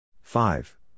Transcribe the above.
five